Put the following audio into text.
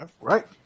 right